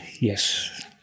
yes